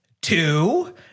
two